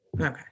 Okay